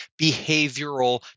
behavioral